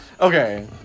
Okay